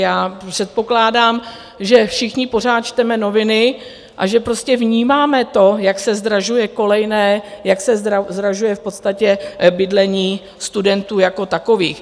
Já předpokládám, že všichni pořád čteme noviny a že prostě vnímáme to, jak se zdražuje kolejné, jak se zdražuje v podstatě bydlení studentů jako takových.